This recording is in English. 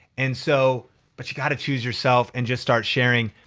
and so but you gotta choose yourself and just start sharing.